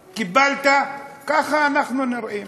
קיבלת, ככה אנחנו נראים.